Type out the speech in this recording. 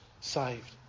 saved